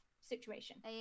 situation